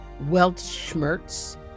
Weltschmerz